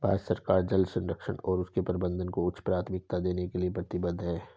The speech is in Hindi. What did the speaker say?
भारत सरकार जल संरक्षण और उसके प्रबंधन को उच्च प्राथमिकता देने के लिए प्रतिबद्ध है